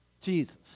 Jesus